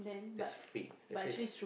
that's fake let's say